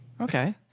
Okay